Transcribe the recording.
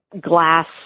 glass